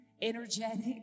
energetic